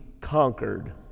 conquered